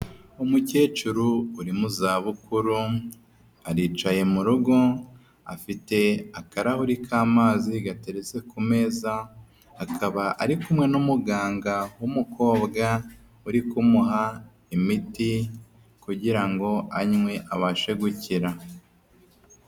Umukecuru uri mu zabukuru aricaye mu rugo afite akarahuri k'amazi gateretse ku meza, akaba ari kumwe n'umuganga w'umukobwa uri kumuha imiti kugirango anywe abashe gukira.